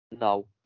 No